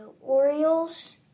Orioles